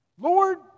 Lord